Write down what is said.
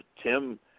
Tim